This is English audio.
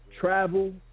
travel